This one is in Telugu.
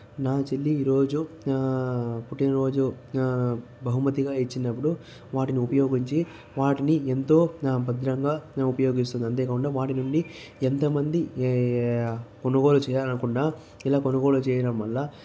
నా చెల్లి ఈరోజు పుట్టినరోజు బహుమతిగా ఇచ్చినప్పుడు వాటిని ఉపయోగించి వాటిని ఎంతో భద్రంగా ఉపయోగిస్తుంది అంతేకాకుండా వాటి నుండి ఎంతమంది కొనుగోలు చేయాలనుకున్న ఇలా కొనుగోలు చేయడం వల్ల